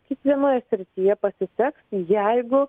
kiekvienoj srityje pasiseks jeigu